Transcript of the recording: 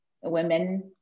women